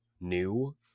new